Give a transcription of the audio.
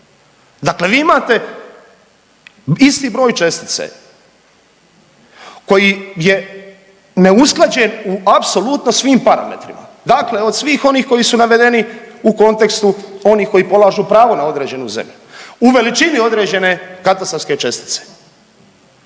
Dakle, vi imate isti broj čestice koji je neusklađen u apsolutno svim parametrima dakle od svih onih koji su navedeni u kontekstu onih koji polažu pravo na određenu zemlju u veličini određene katastarske čestice